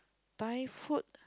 Thai food